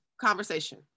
conversation